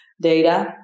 data